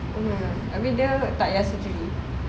oh ya abeh dia takyah surgery